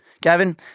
Gavin